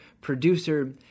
producer